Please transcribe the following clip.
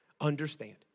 understand